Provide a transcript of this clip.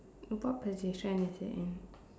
what position is it in